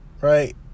Right